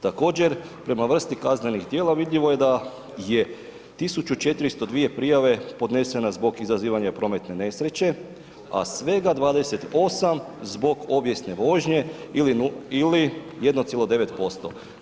Također prema vrsti kaznenih djela vidljivo je da je 1402 prijave podnesena zbog izazivanja prometne nesreće, a svega 28 zbog obijesne vožnje ili 1,9%